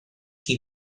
qui